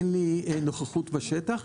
אין לי נוכחות בשטח,